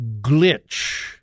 glitch